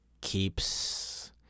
keeps